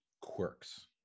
quirks